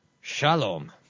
Shalom